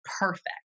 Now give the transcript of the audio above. perfect